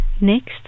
Next